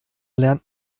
lernt